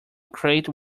crate